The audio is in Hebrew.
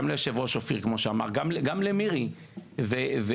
גם ליושב-ראש אופיר וגם למירי ואיילת,